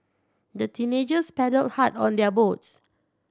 the teenagers paddled hard on their boat